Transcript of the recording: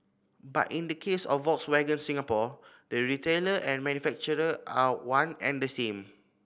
but in the case of Volkswagen Singapore the retailer and manufacturer are one and the same